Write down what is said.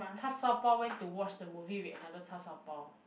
char-shao-bao went to watch the movie with another char-shao-bao